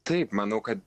taip manau kad